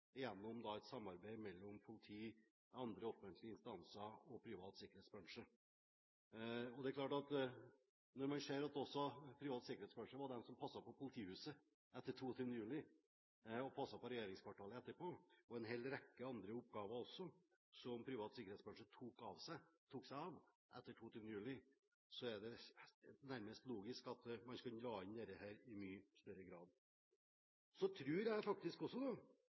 gjennom et samarbeid mellom politi, andre offentlige instanser og privat sikkerhetsbransje. Når man ser at privat sikkerhetsbransje også var de som passet på politihuset etter 22. juli, og som passet på regjeringskvartalet etterpå – og det var en rekke andre oppgaver som privat sikkerhetsbransje tok seg av etter 22. juli – er det nærmest logisk at man skulle dra inn disse i mye større grad. Jeg må få lov til å si at da jeg hospiterte hos privat sikkerhetsbransje i Trondheim, skjedde det faktisk